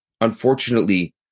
Unfortunately